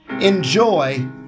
Enjoy